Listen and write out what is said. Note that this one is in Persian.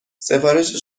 سفارش